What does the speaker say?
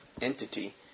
entity